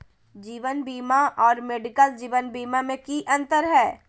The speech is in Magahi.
जीवन बीमा और मेडिकल जीवन बीमा में की अंतर है?